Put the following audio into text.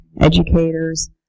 educators